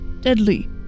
deadly